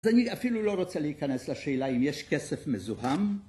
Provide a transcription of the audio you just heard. אז אני אפילו לא רוצה להיכנס לשאלה אם יש כסף מזוהם.